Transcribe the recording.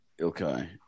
Okay